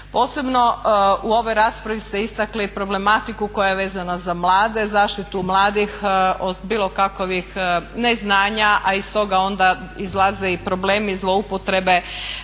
Posebno u ovoj raspravi ste istakli problematiku koja je vezana za mlade, zaštitu mladih od bilo kakovih neznanja, a iz toga onda izlaze i problemi i zloupotrebe